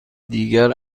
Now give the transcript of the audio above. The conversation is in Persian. دیگر